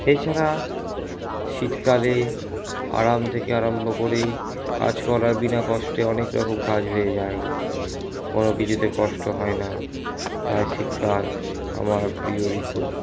এছাড়া শীতকালে আরাম থেকে আরাম্ভ করে কাজ করার বিনা কষ্টে অনেক রকম কাজ হয়ে যায় কোনো কিছুতে কষ্ট হয় না তাই শীতকাল আমার প্রিয় ঋতু